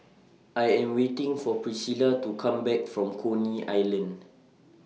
I Am waiting For Pricilla to Come Back from Coney Island